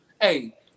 Hey